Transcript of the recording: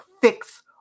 fix